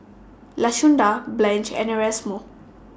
Lashunda Blanch and Erasmo